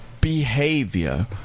behavior